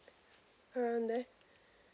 around there